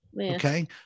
Okay